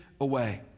away